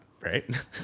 right